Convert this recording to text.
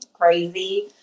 crazy